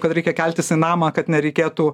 kad reikia keltis į namą kad nereikėtų